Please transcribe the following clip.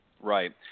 Right